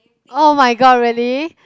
oh-my-god really